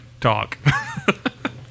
talk